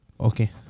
Okay